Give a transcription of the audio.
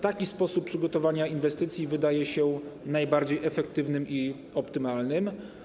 Taki sposób przygotowania inwestycji wydaje się najbardziej efektywny i optymalny.